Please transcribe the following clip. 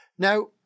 Now